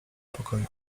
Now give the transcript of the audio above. pokoju